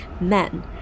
men